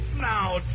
Now